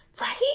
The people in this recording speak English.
right